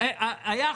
אל תעשו את זה